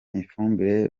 ifumbire